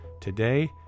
today